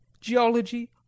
geology